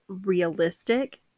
realistic